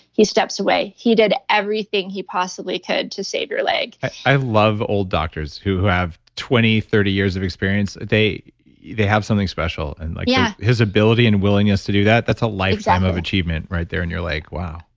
he steps away. he did everything he possibly could to save your leg. i love old doctors who have twenty, thirty years of experience. they they have something special and like yeah his ability and willingness to do that, that's a lifetimeamy exactly. of achievement right there and you're like, wow.